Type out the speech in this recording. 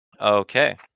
Okay